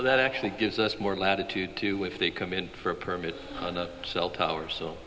that actually gives us more latitude to which they come in for a permit on the cell towers so